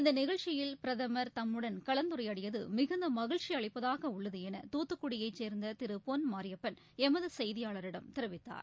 இந்த நிகழ்ச்சியில் பிரதமர் தம்முடன் கலந்துரையாடியது மிகுந்த மகிழ்ச்சி அளிப்பதாக உள்ளது என தூத்துக்குடியைச் சேர்ந்த திரு பொன் மாரியப்பன் எமது செய்தியாளரிடம் தெரிவித்தார்